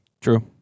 True